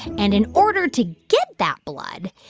and in order to get that blood,